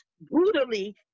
brutally